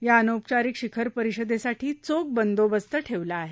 या अनौपचारिक शिखर परिषदेसाठी चोख बंदोबस्त ठेवण्यात आला आहे